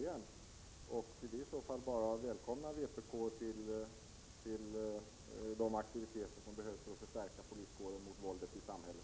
Det är i så fall bara att välkomna vpk till de aktiviteter som behövs för att förstärka poliskårens förmåga att bekämpa våldet i samhället.